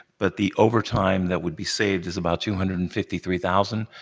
but the overtime that would be saved is about two hundred and fifty three thousand